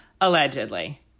allegedly